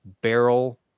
barrel